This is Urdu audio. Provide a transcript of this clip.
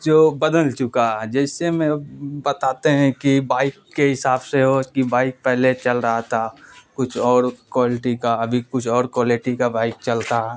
جو بدل چکا جیسے میں بتاتے ہیں کہ بائک کے حساب سے ہو کہ بائک پہلے چل رہا تھا کچھ اور کوالٹی کا ابھی کچھ اور کوالیٹی کا بائک چلتا ہے